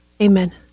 Amen